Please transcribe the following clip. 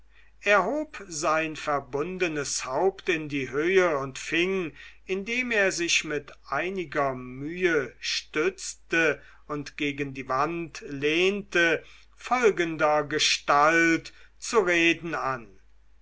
hob sein verbundenes haupt in die höhe und fing indem er sich mit einiger mühe stützte und gegen die wand lehnte folgendergestalt zu reden an